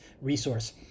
resource